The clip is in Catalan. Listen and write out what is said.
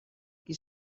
qui